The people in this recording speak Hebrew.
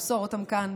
למסור אותם כאן,